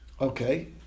Okay